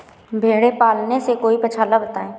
भेड़े पालने से कोई पक्षाला बताएं?